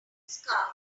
scarf